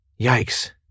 Yikes